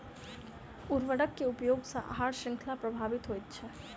उर्वरक के उपयोग सॅ आहार शृंखला प्रभावित होइत छै